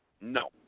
No